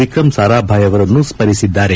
ವಿಕ್ರಂ ಸಾರಾಭಾಯಿ ಅವರನ್ನು ಸ್ಮರಿಸಿದ್ದಾರೆ